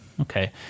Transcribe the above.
Okay